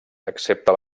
excepte